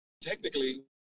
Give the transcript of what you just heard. Technically